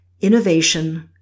innovation